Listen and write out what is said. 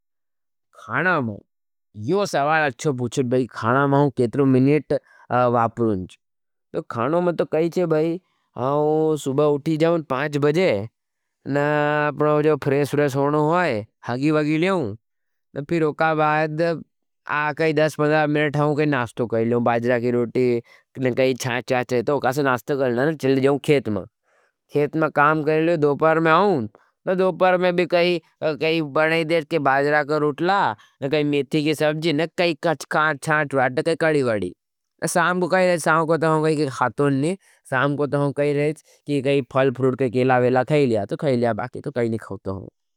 खाना में यो सवाल अच्छो पूछत, खाना में हम केतरो मिनिट वापरोंच। खानों में तो कही छे, हम सुबह उठी जाओं। पाँच बजे न अपनो जो फ्रेस फ्रेस होनो होई, हगी वगी लेओं, तो फिर उका बाद, पाँच बजे न अपनो जो फ्रेस होनो होई, हगी लेओं, तो फिर उका बाद, तो 10-15 मिनट होके नासता कर लु बाजरा की रोटी ,कई छाछ वाच छे। फिर चला जाऊ खेत में। खेत में काम कर लू दोपहर में भी बाजरा का रोटरा। ने कई मेथी की सब्जी, कई कच छाछ वाच ते कढ़ी वाढ़ी। शाम का कई, शाम का तो हम कहीं फल फ्रूट ते केला वेला खायी।